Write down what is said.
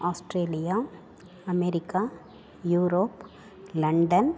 Australia America Europe London